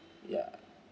ya